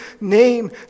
name